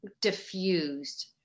diffused